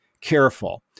careful